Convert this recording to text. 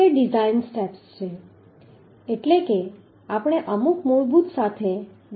તે design steps છે એટલે કે આપણે અમુક મૂળભૂત સાથે ડિઝાઈન શરૂ કરવું પડશે